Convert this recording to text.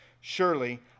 surely